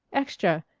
extra!